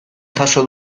jaso